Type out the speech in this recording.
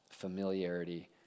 familiarity